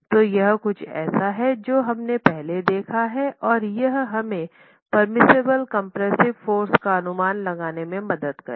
तो यह कुछ ऐसा है जो हमने पहले देखा है और यह हमें पेर्मिसिबल कम्प्रेस्सिव फ़ोर्स का अनुमान लगाने में मदद करेगा